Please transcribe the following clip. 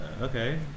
Okay